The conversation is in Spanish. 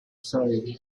sabia